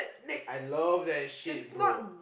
next I love that shit bro